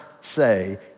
say